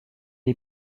est